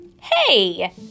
Hey